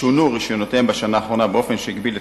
שונו רשיונותיהן בשנה האחרונה באופן שהגביל את